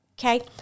Okay